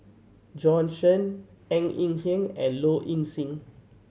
Bjorn Shen Ng Eng Hen and Low Ing Sing